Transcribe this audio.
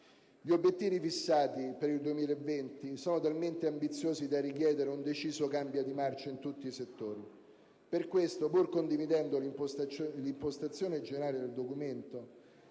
Gli obiettivi fissati per il 2020 sono talmente ambiziosi da richiedere un deciso cambio di marcia in tutti i settori. Per questo, pur condividendo l'impostazione generale del documento